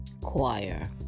choir